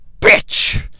bitch